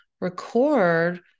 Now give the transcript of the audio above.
record